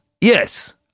yes